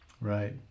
Right